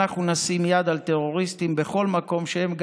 אנחנו נשים יד על טרוריסטים בכל מקום שהם,